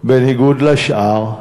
בניגוד לשאר,